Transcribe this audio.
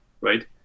right